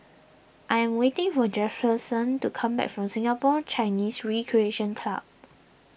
I am waiting for Jefferson to come back from Singapore Chinese Recreation Club